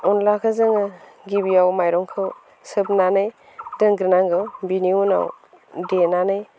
अनलाखौ जोङो गिबियाव माइरंखौ सोमनानै दोनग्रोनांगौ बेनि उनाव देनानै